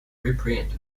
reprint